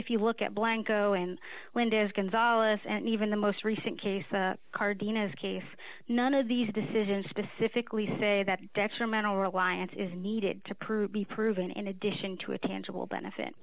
if you look at blanco and windows gonzales and even the most recent case a cardenas case none of these decisions specifically say that detrimental reliance is needed to prove be proven in addition to a tangible benefit